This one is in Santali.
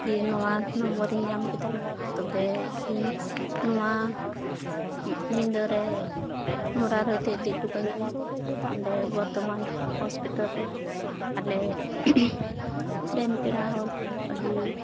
ᱜᱮ ᱱᱚᱣᱟ ᱱᱚᱢᱵᱚᱨ ᱤᱧ ᱧᱟᱢ ᱠᱮᱫᱟ ᱛᱚᱵᱮ ᱤᱧ ᱱᱚᱣᱟ ᱢᱤᱫ ᱧᱤᱫᱟᱹᱨᱮ ᱨᱮ ᱤᱫᱤ ᱦᱚᱴᱚ ᱠᱟᱹᱧ ᱢᱮ ᱦᱟᱸᱰᱮ ᱵᱚᱨᱫᱷᱚᱢᱟᱱ ᱦᱚᱥᱯᱤᱴᱟᱞ ᱨᱮ ᱟᱞᱮᱨᱮᱱ ᱯᱮᱲᱟ ᱦᱚᱲ ᱟᱹᱰᱤ